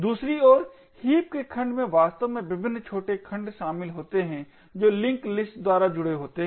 दूसरी ओर हीप के खंड में वास्तव में विभिन्न छोटे खंड शामिल होते हैं जो लिंक लिस्ट द्वारा जुड़े होते हैं